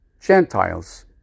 Gentiles